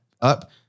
up